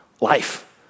Life